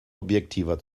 objektiver